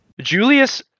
Julius